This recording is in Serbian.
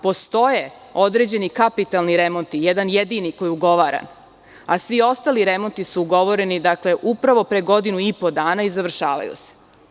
Postoje određeni kapitalni remonti, jedan jedini koji je ugovaran, a svi ostali remonti su ugovoreni upravo pre godinu i po dana i završavaju se.